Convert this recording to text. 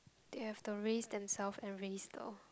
they have to raise themself and raise the